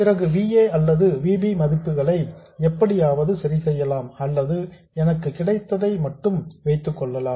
பிறகு V a அல்லது V b மதிப்புகளை எப்படியாவது சரி செய்யலாம் அல்லது எனக்கு கிடைத்ததை மட்டும் வைத்துக்கொள்ளலாம்